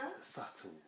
subtle